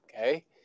okay